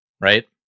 right